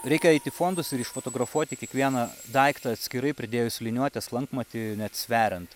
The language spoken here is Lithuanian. reikia eit į fondus ir išfotografuoti kiekvieną daiktą atskirai pridėjus liniuotę slankmatį net sveriant